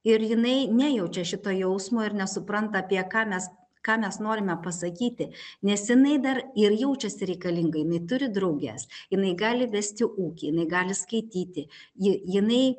ir jinai nejaučia šito jausmo ir nesupranta apie ką mes ką mes norime pasakyti nes jinai dar ir jaučiasi reikalinga jinai turi drauges jinai gali vesti ūkį jinai gali skaityti ji jinai